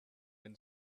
then